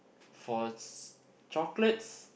for s~ chocolates